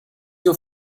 your